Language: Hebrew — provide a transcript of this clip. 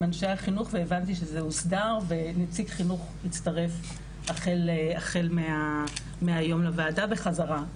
אנשי החינוך והבנתי שזה הוסדר ונציג חינוך יצטרף החל מהיום לוועדה בחזרה.